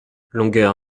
longueur